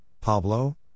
Pablo